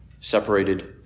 separated